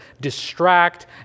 distract